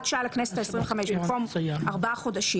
שעה לכנסת ה-25 במקום ארבעה חודשים,